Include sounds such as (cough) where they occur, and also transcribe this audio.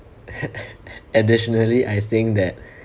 (laughs) additionally I think that